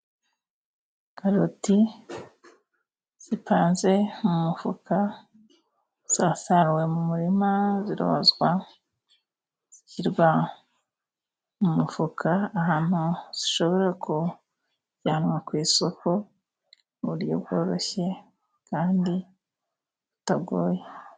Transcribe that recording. Karoti zipanze mu mufuka zasaruwe mu murima zirozwa zishyirwa mu mufuka ahantu zishobora kujyanwa ku isoko mu buryo bworoshye kandi butagoye.